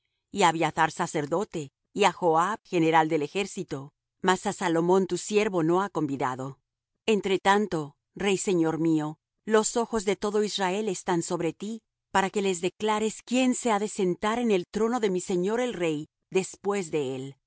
á abiathar sacerdote y á joab general del ejército mas á salomón tu siervo no ha convidado entre tanto rey señor mío los ojos de todo israel están sobre ti para que les declares quién se ha de sentar en el trono de mi señor el rey después de él